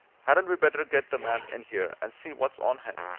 hadn't we better get the man in here, and see what's on him?